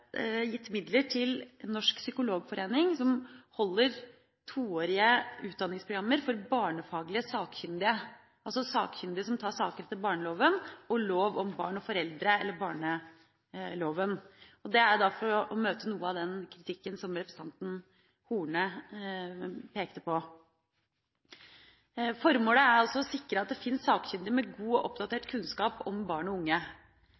gitt midler til Norsk Psykologforening, som holder toårige utdanningsprogrammer for barnefaglig sakkyndige – sakkyndige som tar saken etter barnevernloven og lov om barn og foreldre, barneloven. Det er for å møte noe av den kritikken som representanten Horne pekte på. Formålet med utdanningsprogrammet er å sikre at det finnes sakkyndige med god og oppdatert kunnskap om barn og unge.